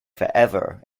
forever